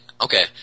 okay